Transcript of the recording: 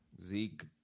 Zeke